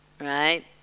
right